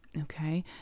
Okay